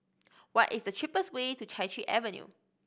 what is the cheapest way to Chai Chee Avenue